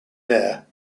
mayor